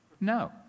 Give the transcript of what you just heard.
No